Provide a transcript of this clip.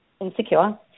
insecure